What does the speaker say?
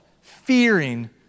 fearing